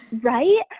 right